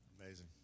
Amazing